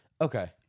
Okay